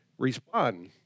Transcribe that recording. Respond